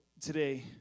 today